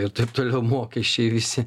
ir taip toliau mokesčiai visi